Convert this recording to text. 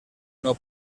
nou